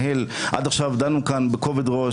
עד עכשיו דנו כאן בכובד ראש,